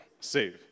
Save